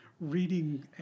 reading